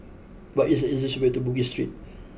what is the easiest way to Bugis Street